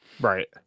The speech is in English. Right